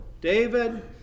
David